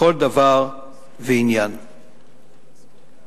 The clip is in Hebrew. בכל דבר ועניין הקשור בהם.